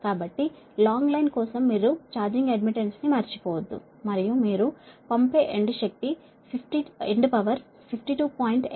కాబట్టి long line కోసం మీరు ఛార్జింగ్ అడ్మిట్టన్స్ ని మరిచిపోవద్దు మరియు మీరు పంపే ఎండ్ పవర్ 52